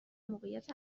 موقعیت